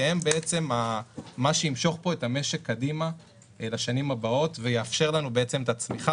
שהם מה שימשוך את המשק קדימה לשנים הבאות ויאפשר לנו את הצמיחה